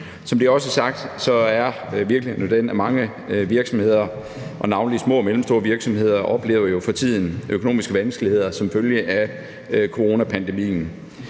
Som det også er sagt, er virkeligheden jo den, at mange virksomheder, navnlig små og mellemstore virksomheder, for tiden oplever økonomiske vanskeligheder som følge af coronapandemien.